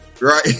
right